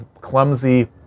clumsy